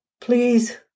please